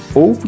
ou